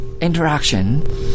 interaction